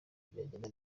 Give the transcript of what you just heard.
byagenda